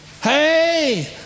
hey